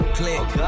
click